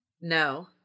No